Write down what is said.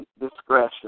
discretion